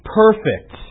perfect